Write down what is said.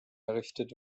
errichtet